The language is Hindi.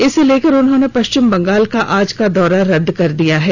इसे लेकर उन्होंने पश्चिम बंगाल का आज का दौरा रद्द कर दिया है